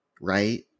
right